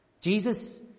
Jesus